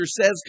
says